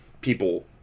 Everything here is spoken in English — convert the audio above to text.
people